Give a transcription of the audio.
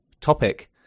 topic